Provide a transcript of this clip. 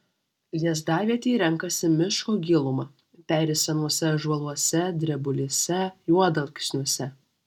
lizdavietei renkasi miško gilumą peri senuose ąžuoluose drebulėse juodalksniuose